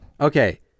okay